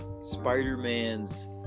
Spider-Man's